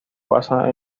basa